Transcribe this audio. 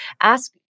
Ask